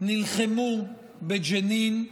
נלחמו בג'נין,